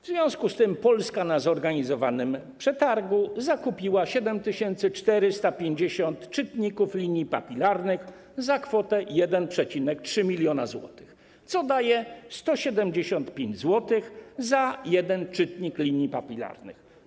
W związku z tym Polska na zorganizowanym przetargu zakupiła 7450 czytników linii papilarnych za kwotę 1,3 mln zł, co daje 175 zł za jeden czytnik linii papilarnych.